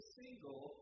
single